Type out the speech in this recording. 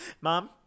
Mom